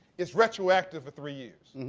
it's retroactive for three years.